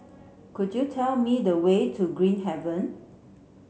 could you tell me the way to Green Haven